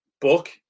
book